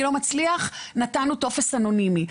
אני לא מצליח נתנו טופס אנונימי.